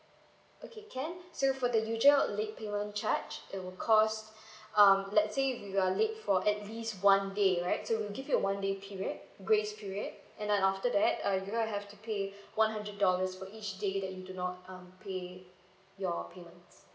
okay can so for the usual late payment charge it will cost um let's say if you're late for at least one day right so we will give you one day period grace period and then after that uh you will have to pay one hundred dollars for each day that you do not um pay your payments